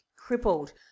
crippled